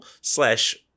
slash